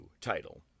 title